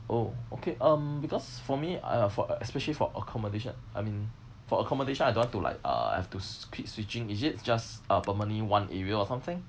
oh okay um because for me I uh for uh especially for accommodation I mean for accommodation I don't want to like uh have to s~ keep switching is it just a permanently one area or something